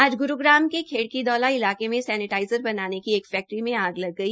आज ग्रूग्राम के खेड़कीदौला इलाके में सैनेटाइज़र बनाने की एक फैक्ट्री में आग लग गई